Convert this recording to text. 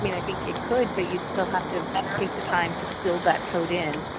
i mean i think you could, but you'd still have to take the time to build that code in.